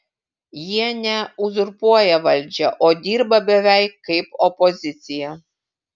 jie ne uzurpuoja valdžią o dirba beveik kaip opozicija